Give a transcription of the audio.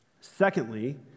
Secondly